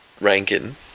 ranking